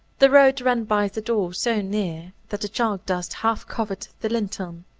the road ran by the door so near that the chalk dust half covered the lintel.